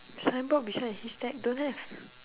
signboard beside a haystack don't have